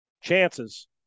chances